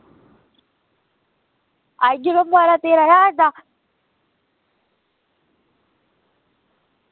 आई जंदा बाररां तेरां ज्हार दा